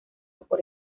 por